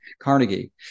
Carnegie